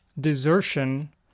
desertion